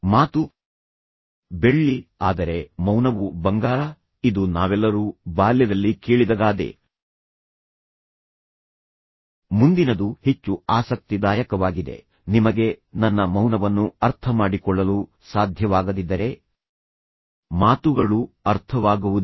ಮಾತು ಬೆಳ್ಳಿ ಆದರೆ ಮೌನವು ಬಂಗಾರ ಇದು ನಾವೆಲ್ಲರೂ ಬಾಲ್ಯದಲ್ಲಿ ಕೇಳಿದ ಗಾದೆ ಮುಂದಿನದು ಹೆಚ್ಚು ಆಸಕ್ತಿದಾಯಕವಾಗಿದೆ ನಿಮಗೆ ನನ್ನ ಮೌನವನ್ನು ಅರ್ಥಮಾಡಿಕೊಳ್ಳಲು ಸಾಧ್ಯವಾಗದಿದ್ದರೆ ಮಾತುಗಳು ಅರ್ಥವಾಗುವುದಿಲ್ಲ